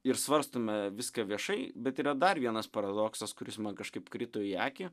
ir svarstome viską viešai bet yra dar vienas paradoksas kuris man kažkaip krito į akį